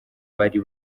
bari